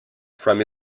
from